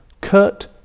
Kurt